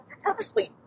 purposely